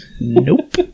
Nope